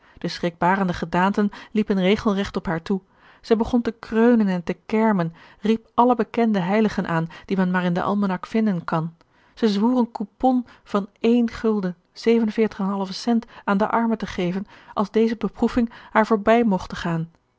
de schrikbarende gedaanten liepen regelregt op haar toe zij begon te kreunen en te kermen riep alle bekende heiligen aan die men maar in den almanak vinden kan zij zwoer een coupon van één gulden zeven veertiger half cent aan de armen te geven als deze beproeving haar voorbij mogte gaan